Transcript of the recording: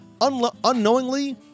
unknowingly